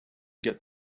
get